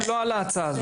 לא עלתה ההצעה הזאת.